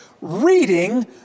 reading